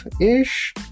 ish